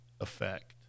effect